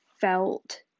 felt